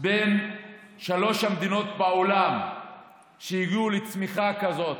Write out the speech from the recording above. בין שלוש המדינות בעולם שהגיעו לצמיחה כזאת.